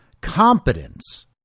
competence